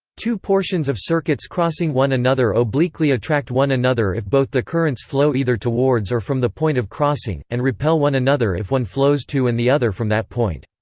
two portions of circuits crossing one another obliquely attract one another if both the currents flow either towards or from the point of crossing, and repel one another if one flows to and the other from that point.